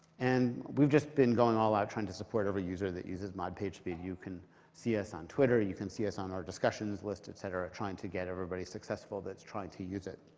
and we've just been going all out trying to support every user that uses mod pagespeed. you can see us on twitter, you can see us on our discussions list, et cetera, trying to get everybody successful that's trying to use it.